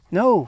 no